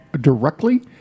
directly